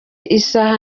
isaha